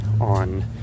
on